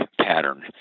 pattern